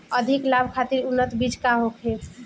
अधिक लाभ खातिर उन्नत बीज का होखे?